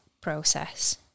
process